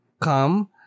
come